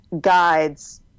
guides